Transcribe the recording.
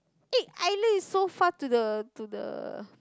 eh island is so far to the to the